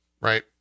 right